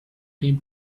been